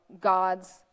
God's